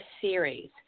series